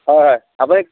হয় হয়